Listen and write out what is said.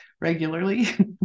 regularly